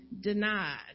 denied